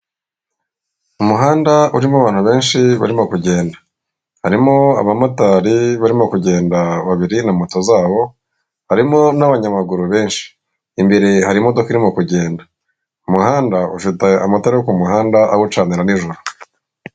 Umuhanda urimo abantu benshi barimo kugenda, harimo abamotari barimo kugenda babiri na moto zabo harimo n'abanyamaguru benshi. Imbere hari imodoka irimo kugenda, umuhanda ufate amatara yo kumuhanda awucanira nijoro.